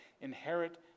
inherit